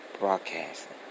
Broadcasting